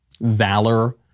Valor